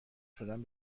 شدن